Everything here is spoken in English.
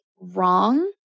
wrong